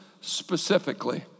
specifically